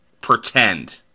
pretend